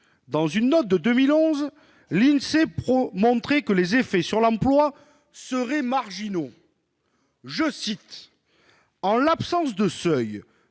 Dans une note de 2011, l'INSEE, montrait que les effets sur l'emploi seraient marginaux :« En l'absence de seuils